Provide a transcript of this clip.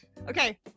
okay